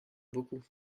beaucoup